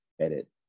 edit